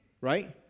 Right